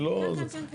אני לא --- כן, כן, כן.